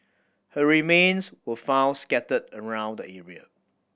her remains were found scattered around the area